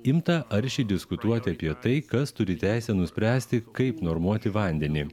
imta aršiai diskutuoti apie tai kas turi teisę nuspręsti kaip normuoti vandenį